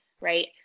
Right